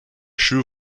shu